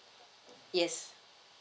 yes